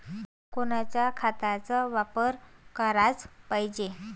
कोनच्या खताचा वापर कराच पायजे?